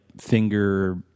finger